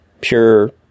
pure